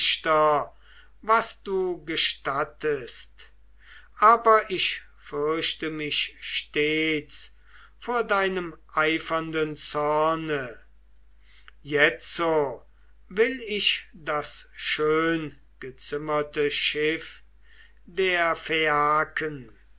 was du gestattest aber ich fürchte mich stets vor deinem eifernden zorne jetzo will ich das schöngezimmerte schiff der